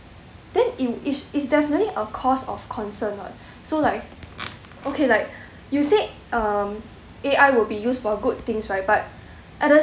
then it it is definitely a cause of concern what so like okay like you said um A_I will be used for good things right but at the